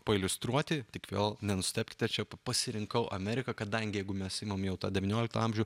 pailiustruoti tik vėl nenustebkite čia pasirinkau ameriką kadangi jeigu mes imame jau tą devynioliktą amžių